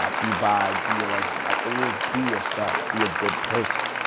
ah be bi, be a lesbian. like it means be yourself. be a good person.